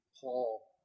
Paul